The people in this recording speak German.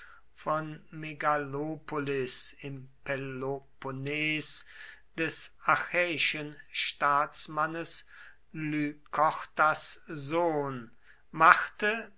von megalopolis im peloponnes des achäischen staatsmannes lykortas sohn machte